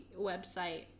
website